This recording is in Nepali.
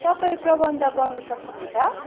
तपाईँ प्रबन्ध गर्नु सक्नुहुन्छ